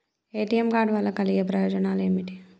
ATM card వల్ల కలిగే ప్రయోజనాలు ఏమిటి?